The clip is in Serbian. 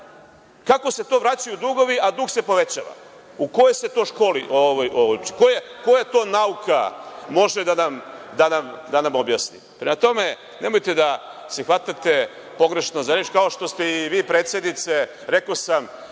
Kako se to vraćaju dugovi, a dug se povećava? U kojoj se to školi uči? Koja to nauka može da nam objasni? Prema tome, nemojte da se hvatate pogrešno za reč, kao što ste i vi predsednice, rekao sam